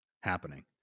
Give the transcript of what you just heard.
happening